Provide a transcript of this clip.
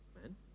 man